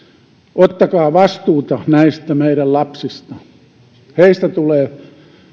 ottakaa vastuuta näistä meidän lapsista heistä tulee